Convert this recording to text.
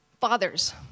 Fathers